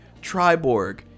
triborg